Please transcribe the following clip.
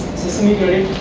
sesame credit